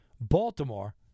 Baltimore